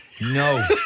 no